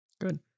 Good